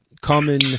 common